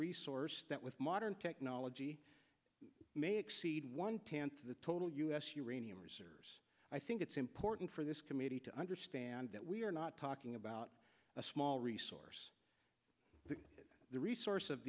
resource that with modern technology may exceed one tenth of the total u s uranium researchers i think it's important for this committee to understand that we are not talking about a small resource the resource of